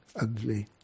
ugly